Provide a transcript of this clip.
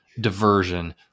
diversion